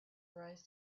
rise